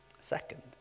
second